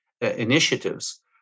initiatives